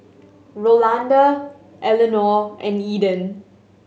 Rolanda Elinor and Eden